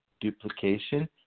duplication